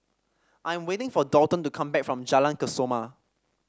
I'm waiting for Daulton to come back from Jalan Kesoma